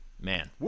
Man